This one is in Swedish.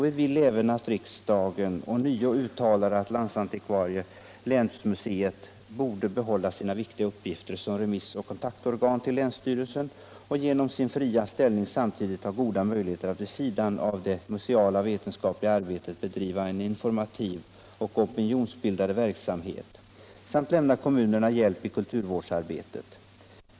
Vi vill även att riksdagen ånyo uttalar att landsantikvarien/länsmuseet borde behålla sina viktiga uppgifter som remiss och kontaktorgan till länsstyrelsen och genom sin fria ställning samtidigt ha goda möjligheter att vid sidan av det museiala och vetenskapliga arbetet bedriva en informativ och opinionsbildande verksamhet samt lämna kommunerna hjälp i kulturvårdsarbetet.